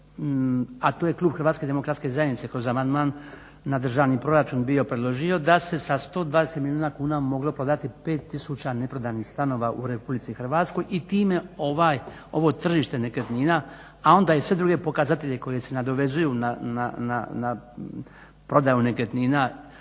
a to je klub HDZ-a kroz amandman na državni proračun bio predložio, da se sa 120 milijuna kuna moglo prodati 5000 neprodanih stanova u Republici Hrvatskoj i time ovo tržište nekretnina, a onda i sve druge pokazatelje koji se nadovezuju na prodaju nekretnina